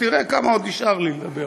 תראה כמה עוד נשאר לי לדבר.